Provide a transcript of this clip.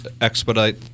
expedite